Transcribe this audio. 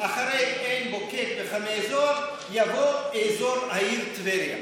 אחרי עין בוקק וחמי זוהר יבוא אזור העיר טבריה.